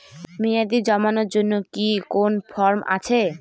মেয়াদী জমানোর জন্য কি কোন ফর্ম আছে?